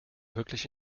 wirklich